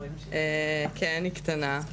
היא קטנה.